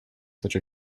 such